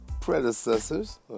predecessors